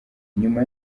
nyuma